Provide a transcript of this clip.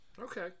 Okay